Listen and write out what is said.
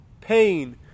pain